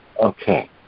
okay